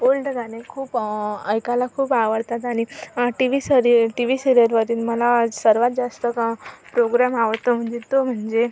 old गाणे खूप ऐकायला खूप आवडतात आणि TV sorry TV सिरीयलवरील मला सर्वात जास्त कं प्रोग्राम आवडतो म्हणजे तो म्हणजे